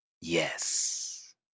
Yes